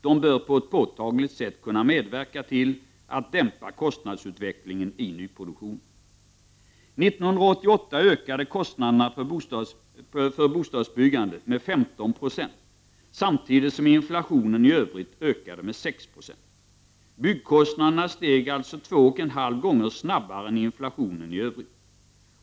De bör på ett påtagligt sätt kunna medverka till att dämpa kostnadsutvecklingen i nyproduktionen. År 1988 ökade kostnaderna för bostadsbyggandet med 15 9o samtidigt som inflationen i övrigt ökade med 6 90. Byggkostnaderna steg alltså två och en halv gånger snabbare än inflationen i övrigt.